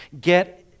Get